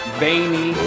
veiny